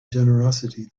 generosity